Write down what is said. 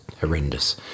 horrendous